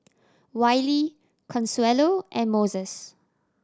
Wylie Consuelo and Moses